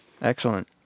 Excellent